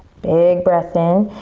big breath in.